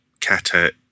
Kata